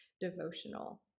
devotional